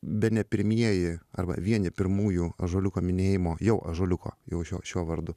bene pirmieji arba vieni pirmųjų ąžuoliuko minėjimo jau ąžuoliuko jau šio šiuo vardu